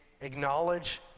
acknowledge